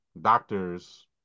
doctors